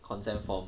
consent form